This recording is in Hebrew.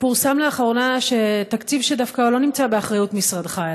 פורסם לאחרונה שתקציב שדווקא לא נמצא באחריות משרדך,